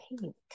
pink